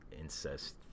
incest